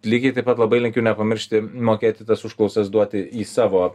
lygiai taip pat labai linkiu nepamiršti mokėti tas užklausas duoti į savo